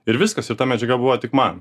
ir viskas ir ta medžiaga buvo tik man